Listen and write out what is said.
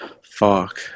Fuck